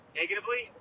negatively